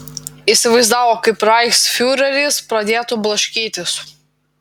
įsivaizdavo kaip reichsfiureris pradėtų blaškytis